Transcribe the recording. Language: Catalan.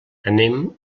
anem